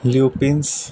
ਲਿਪਿੰਸ